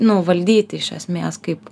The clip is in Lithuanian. nu valdyti iš esmės kaip